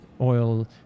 oil